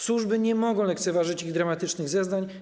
Służby nie mogą lekceważyć ich dramatycznych zeznań.